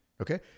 Okay